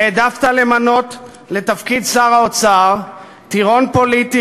העדפת למנות לתפקיד שר האוצר טירון פוליטי